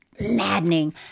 maddening